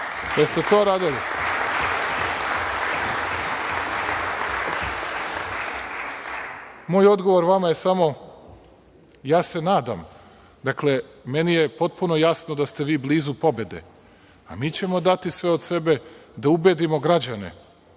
Moj odgovor vama je samo, ja se nadam, dakle, meni je potpuno jasni da ste vi blizu pobede, a mi ćemo dati sve od sebe da ubedimo građane.